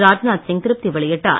ராஜ்நாத் சிங் திருப்தி வெளியிட்டார்